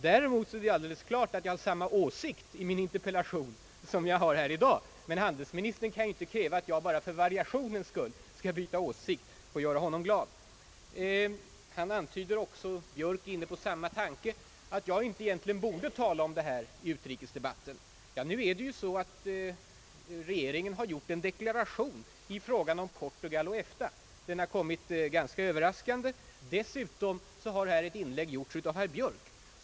Däremot är det alldeles klart att jag har samma åsikt i min interpellation som jag har i dag. Men handelsministern kan ju inte kräva att jag bara för variationens skull skall byta åsikt och göra honom glad. Han antyder även — och herr Björk var inne på samma tanke — att jag egentligen inte borde tala om detta i utrikesdebatten. Nu är det ju så, att regeringen har gjort en deklaration i frågan om Portugal och EFTA — den kom ganska överraskande — och dessutom har herr Björk gjort ett inlägg här i samma fråga.